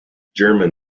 german